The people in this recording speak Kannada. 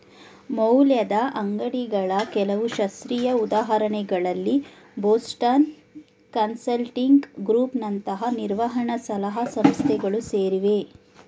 ಮೌಲ್ಯದ ಅಂಗ್ಡಿಗಳ ಕೆಲವು ಶಾಸ್ತ್ರೀಯ ಉದಾಹರಣೆಗಳಲ್ಲಿ ಬೋಸ್ಟನ್ ಕನ್ಸಲ್ಟಿಂಗ್ ಗ್ರೂಪ್ ನಂತಹ ನಿರ್ವಹಣ ಸಲಹಾ ಸಂಸ್ಥೆಗಳು ಸೇರಿವೆ